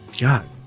God